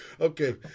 Okay